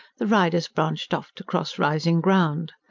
the riders branched off to cross rising ground.